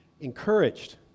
encouraged